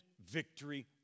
victory